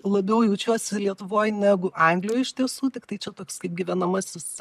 labiau jaučiuosi lietuvoj negu anglijoj iš tiesų tiktai čia toks kaip gyvenamasis